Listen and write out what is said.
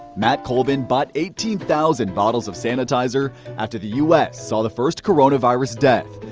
matt coleman bought eighteen thousand bottles of sanitizer after the u s. saw the first corona virus death.